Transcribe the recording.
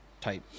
type